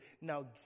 now